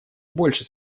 больше